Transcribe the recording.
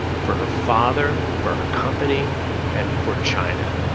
for her father, for her company and for china.